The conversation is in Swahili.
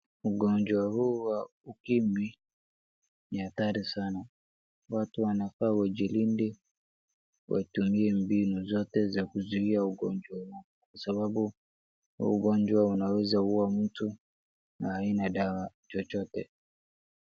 Ugonjwa huu wa ukimwi, ni hatari sana. Watu wanafaa wajilinde, watumie mbinu zote za kuzuia ugonjwa huu kwa sababu huu ugonjwa unaweza ua mtu na haina dawa chochote.